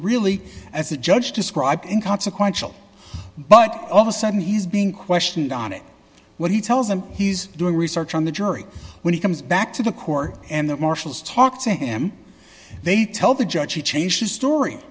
really as a judge described and consequential but all of a sudden he's being questioned on it what he tells them he's doing research on the jury when he comes back to the court and the marshals talk to him they tell the judge he changed his story